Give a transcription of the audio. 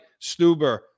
Stuber